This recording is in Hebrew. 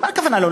מה הכוונה?